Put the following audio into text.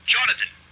Jonathan